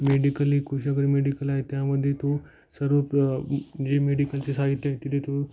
medically खुश वगैरे medical आहे त्यामध्ये तो सर्व प्र जे मेडिकलचे साहित्य आहे तिथे तो